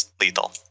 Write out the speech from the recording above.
lethal